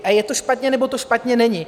A je to špatně, nebo to špatně není.